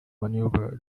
maneuver